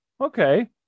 okay